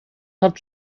hat